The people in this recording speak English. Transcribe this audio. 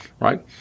right